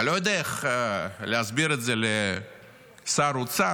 אני לא יודע איך להסביר את זה לשר אוצר,